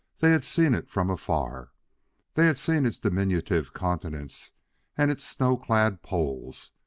they had seen it from afar they had seen its diminutive continents and its snow-clad poles.